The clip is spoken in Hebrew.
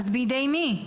אז בידי מי?